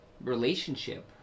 relationship